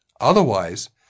Otherwise